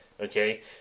okay